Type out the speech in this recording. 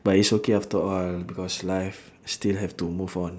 but it's okay after a while because life still have to move on